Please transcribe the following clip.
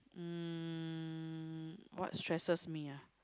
um what stresses me ah